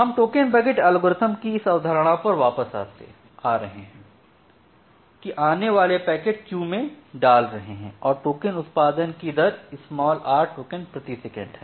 हम token bucket algorithm की इस अवधारणा पर वापस आ रहे हैं कि आने वाले पैकेट क्यू में डाल रहे हैं और टोकन उत्पादन की दर r टोकन प्रति सेकंड है